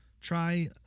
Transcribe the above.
Try